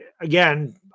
again